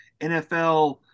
NFL